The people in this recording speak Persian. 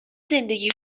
زندگی